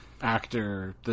actor